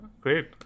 great